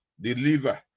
deliver